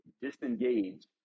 disengage